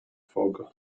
fog